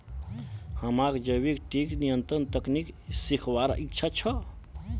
हमाक जैविक कीट नियंत्रण तकनीक सीखवार इच्छा छ